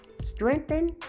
strengthen